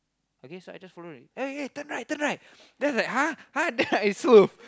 okay so I just follow it oh ya turn right turn right then I was like !huh! !huh! then I also